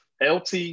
lt